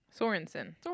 Sorensen